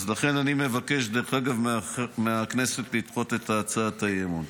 לכן אני מבקש מהכנסת לדחות את הצעת האי-אמון.